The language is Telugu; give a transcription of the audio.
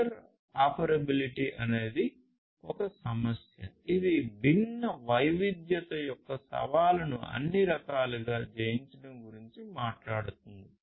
ఇంటర్పెరాబిలిటీ అనేది ఈ సమస్య ఇది భిన్న వైవిధ్యత యొక్క సవాలును అన్ని రకాలుగా జయించడం గురించి మాట్లాడుతుంది